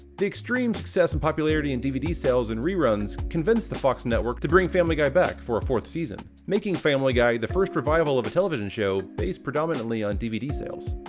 the extreme success and popularity in dvd sales and reruns convinced the fox network to bring family guy back for a fourth season, making family guy the first revival of a television show, based predominantly on dvd sales.